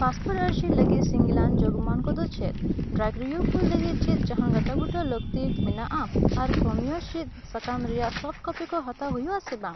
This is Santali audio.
ᱯᱟᱥᱯᱳᱨᱴ ᱟᱨᱡᱤ ᱞᱟᱹᱜᱤᱫ ᱥᱤᱜᱤᱞᱟᱱ ᱡᱳᱜᱢᱟᱱ ᱠᱚᱫᱚ ᱪᱮᱫ ᱰᱨᱟᱜᱨᱤᱭᱳ ᱠᱚ ᱞᱟᱹᱠᱛᱤ ᱪᱮᱫ ᱡᱟᱦᱟᱱ ᱜᱚᱴᱟᱵᱩᱴᱟᱹ ᱞᱟᱹᱜᱛᱤ ᱢᱮᱱᱟᱜᱼᱟ ᱟᱨ ᱠᱟᱹᱢᱤᱭᱟᱹ ᱥᱤᱫᱽ ᱥᱟᱠᱟᱢ ᱨᱮᱭᱟᱜ ᱥᱚᱯᱷᱴ ᱠᱚᱯᱤ ᱠᱚ ᱦᱟᱛᱟᱣ ᱦᱩᱭᱩᱜᱼᱟ ᱥᱮ ᱵᱟᱝ